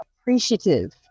appreciative